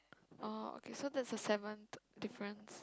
oh okay so that's the seventh difference